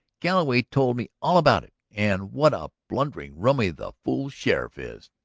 galloway told me all about it. and what a blundering rummy the fool sheriff is.